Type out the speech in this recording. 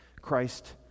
Christ